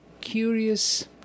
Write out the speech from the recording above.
curious